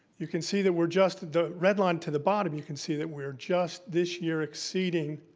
you can see that we're just, the red line to the bottom, you can see that we're just this year exceeding